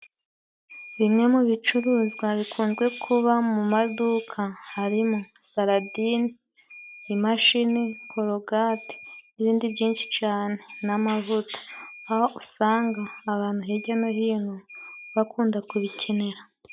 Bimwe mu bicuruzwa bikunze kuba mu maduka harimo saladine, imashini, korogate, n'ibindi byinshi cyane. N'amavuta aho usanga abantu hijya no hino bakunda kubikenera.